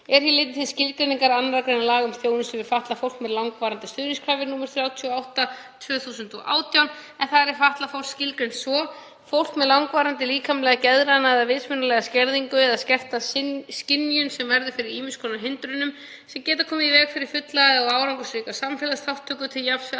Er hér litið til skilgreiningar 2. gr. laga um þjónustu við fatlað fólk með langvarandi stuðningsþarfir, nr. 38/2018, en þar er fatlað fólk skilgreint svo: „Fólk með langvarandi líkamlega, geðræna eða vitsmunalega skerðingu eða skerta skynjun sem verður fyrir ýmiss konar hindrunum sem geta komið í veg fyrir fulla og árangursríka samfélagsþátttöku til jafns